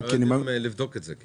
הם לא יודעים לבדוק את זה.